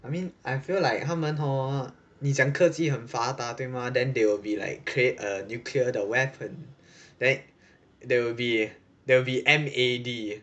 I mean I feel like 他们 hor 你讲科技很发达对吗 then they will be like create a nuclear 的 weapon then there will there will be M_A_D